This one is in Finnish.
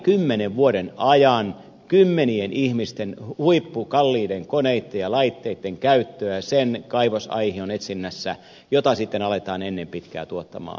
parinkymmenen vuoden ajan kymmenien ihmisten huippukalliiden koneitten ja laitteitten käyttöä sen kaivosaihion etsinnässä jota sitten aletaan ennen pitkää tuottamaan